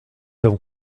avons